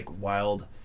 wild